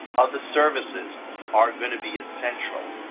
other services are going to be essential.